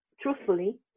truthfully